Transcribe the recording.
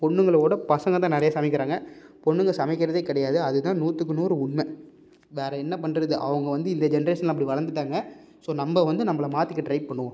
பொண்ணுகளோட பசங்கள் தான் நிறைய சமைக்கிறாங்க பொண்ணுங்க சமைக்கிறதே கிடையாது அது தான் நூற்றுக்கு நூறு உண்மை வேறு என்ன பண்ணுறது அவங்க வந்து இந்த ஜென்ட்ரேஷனில் அப்படி வளர்ந்துட்டாங்க ஸோ நம்ம வந்து நம்மள மாற்றிக்க ட்ரை பண்ணுவோம்